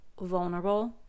vulnerable